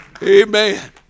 Amen